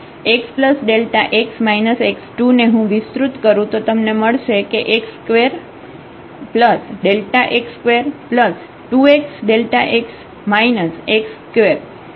તેથી xΔx x2 ને હું વિસ્તૃત કરું તો તમને મળશે કે x2Δx22xΔx x2